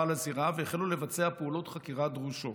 לזירה והחלו לבצע פעולות חקירה דרושות.